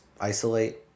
isolate